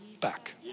back